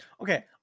Okay